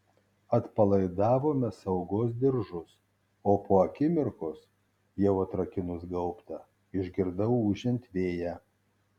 atpalaidavome saugos diržus o po akimirkos jai atrakinus gaubtą išgirdau ūžiant vėją